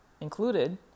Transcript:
included